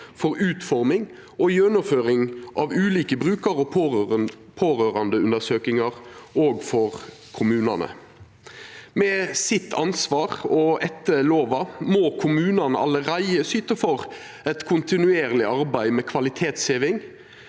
for utforming og gjennomføring av ulike brukar- og pårørandeundersøkingar òg for kommunane. Med ansvaret sitt og etter lova må kommunane allereie syta for eit kontinuerleg arbeid med kvalitetsheving